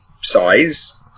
size